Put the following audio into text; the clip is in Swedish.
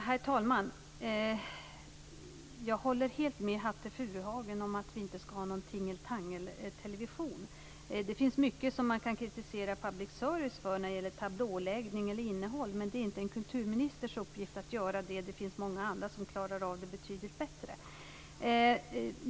Herr talman! Jag håller helt med Hatte Furuhagen om att vi inte skall ha någon tingeltangeltelevision. Det finns mycket man kan kritisera public service för när det gäller tablåläggning eller innehåll, men det är inte en kulturministers uppgift att göra det, utan det finns många andra som klarar av det betydligt bättre.